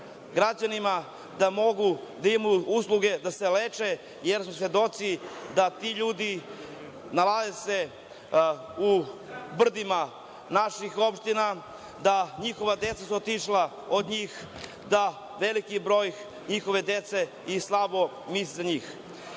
građanima da mogu da imaju usluge da se leče, jer smo svedoci da se ti ljudi nalaze u brdima naših opština, da njihova deca su otišla od njih, da veliki broj njihove dece i slabo misli na njih. Ja